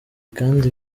kandi